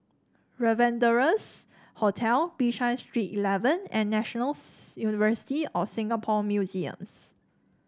Rendezvous Hotel Bishan Street Eleven and National University of Singapore Museums